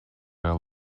аял